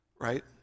right